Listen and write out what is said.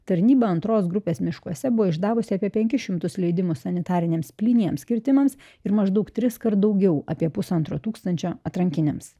tarnyba antros grupės miškuose buvo išdavusi apie penkis šimtus leidimų sanitariniams plyniems kirtimams ir maždaug triskart daugiau apie pusantro tūkstančio atrankiniams